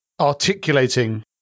articulating